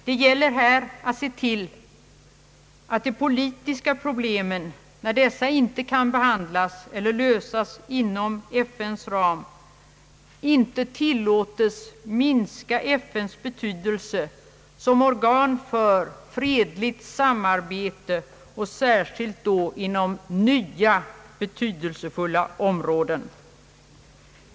Det gäller här att se till att de politiska problemen, när dessa inte kan behandlas eller lösas inom FN:s ram, inte tillåtes minska FN:s betydelse som organ för fredligt samarbete och särskilt då inom nya betydelsefulla områden.